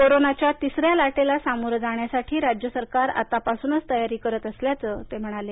कोरोनाच्या तिसऱ्या लाटेला समोरं जाण्यासाठी राज्य सरकार आता पासूनच तयारी करत असल्याचं ते म्हणाले